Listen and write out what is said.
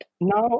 Now